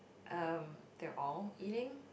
um they're all eating